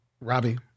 Robbie